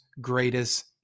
greatest